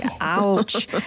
Ouch